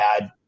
add